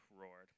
roared